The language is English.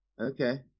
Okay